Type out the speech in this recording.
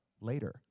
later